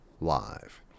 live